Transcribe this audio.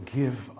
give